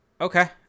Okay